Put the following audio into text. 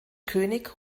könig